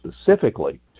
specifically